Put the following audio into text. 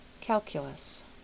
calculus